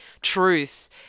truth